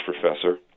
professor